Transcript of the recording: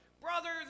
brothers